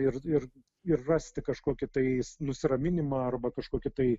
ir ir ir rasti kažkokį tai nusiraminimą arba kažkokį tai